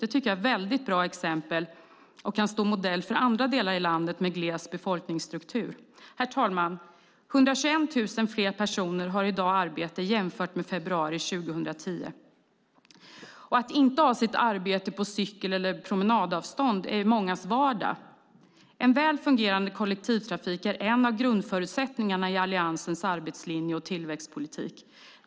Det tycker jag är ett väldigt bra exempel som kan stå modell för andra delar av landet med gles befolkningsstruktur. Herr talman! Jämfört med februari 2010 har 121 000 fler personer arbete i dag, och att inte ha sitt arbete på cykel eller gångavstånd är mångas vardag. En väl fungerande kollektivtrafik är en av grundförutsättningarna i Alliansens arbetslinje och tillväxtpolitik.